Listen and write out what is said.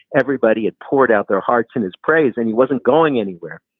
everybody had poured out their hearts in his praise and he wasn't going anywhere.